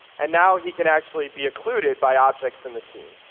and now he can actually be occluded by objects in the scene.